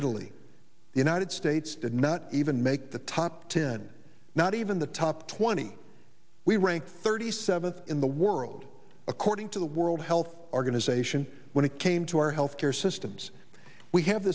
the united states did not even make the top ten not even the top twenty we ranked thirty seventh in the world according to the world health organization when it came to our health care systems we have